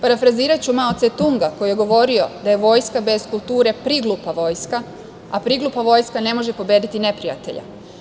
Parafraziraću Mao Cetunga, koji je govorio da je vojska bez kulture priglupa vojska, a priglupa vojska ne može pobediti neprijatelja.